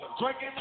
drinking